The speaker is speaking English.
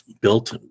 built